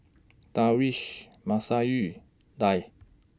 Darwish Masayu Dhia